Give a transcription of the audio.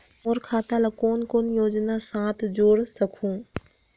मोर खाता ला कौन कौन योजना साथ जोड़ सकहुं?